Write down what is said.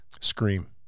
Scream